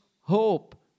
hope